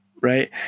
Right